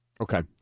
Okay